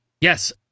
Yes